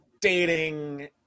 dating